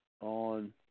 on